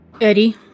Eddie